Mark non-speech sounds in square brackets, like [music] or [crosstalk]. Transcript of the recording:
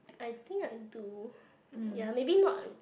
I think I do [breath] ya maybe not